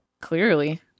Clearly